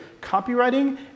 copywriting